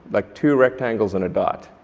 like two rectangles and a dot.